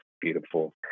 beautiful